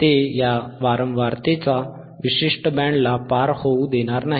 ते या वारंवारतेचा विशिष्ट बँडला पार होऊ देणार नाही